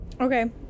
Okay